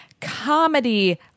comedy